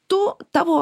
tu tavo